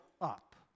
up